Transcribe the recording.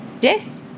yes